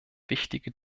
wichtige